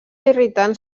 irritant